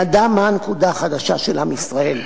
ידע מה הנקודה החלשה של עם ישראל,